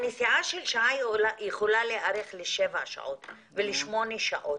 הנסיעה של שעה יכולה להתארך לשבע ושמונה שעות.